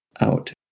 Out